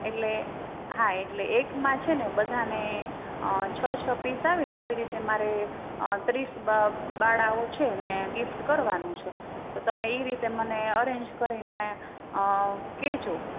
એટલે હા એટલે એકમાં છે ને બધાને છ છ પીસ આવે ને એવી રીતે મારે ત્રીસ બાળાઓ છે ને ગિફ્ટ કરવાનું છે તો તમે એ રીતે મને અરેન્જ કરીને કહેજો